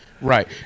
Right